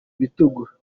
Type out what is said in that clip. bitugu